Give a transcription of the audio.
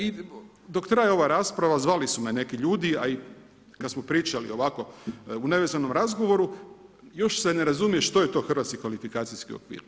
I dok traje ova rasprava, zvali su me neki ljudi, a i kad smo pričali ovako u nevezanom razgovoru još se ne razumije što je to hrvatski kvalifikacijski okvir.